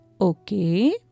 Okay